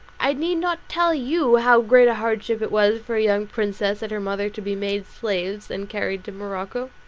i need not tell you how great a hardship it was for a young princess and her mother to be made slaves and carried to morocco.